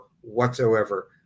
whatsoever